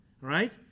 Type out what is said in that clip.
right